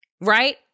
right